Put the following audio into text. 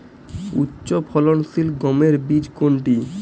উচ্চফলনশীল গমের বীজ কোনটি?